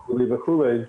חבל.